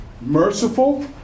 Merciful